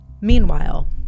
Meanwhile